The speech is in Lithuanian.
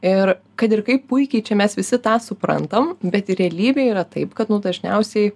ir kad ir kaip puikiai čia mes visi tą suprantam bet realybėj yra taip kad nu dažniausiai